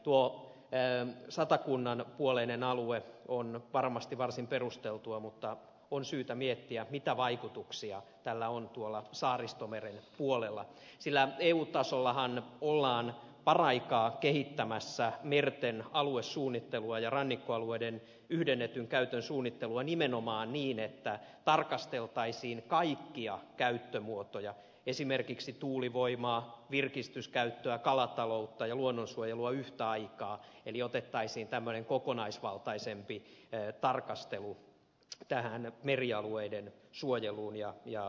tuo satakunnan puoleinen alue on varmasti varsin perusteltu mutta on syytä miettiä mitä vaikutuksia tällä on tuolla saaristomeren puolella sillä eu tasollahan ollaan paraikaa kehittämässä merten aluesuunnittelua ja rannikkoalueiden yhdennetyn käytön suunnittelua nimenomaan niin että tarkasteltaisiin kaikkia käyttömuotoja esimerkiksi tuulivoimaa virkistyskäyttöä kalataloutta ja luonnonsuojelua yhtä aikaa eli otettaisiin tämmöinen kokonaisvaltaisempi tarkastelu tähän merialueiden suojeluun ja käyttöön